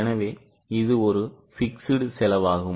எனவே இது ஒரு fixed செலவாகும்